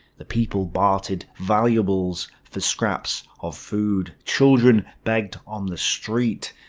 the people bartered valuables for scraps of food. children begged on the street.